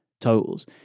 totals